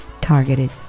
targeted